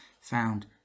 found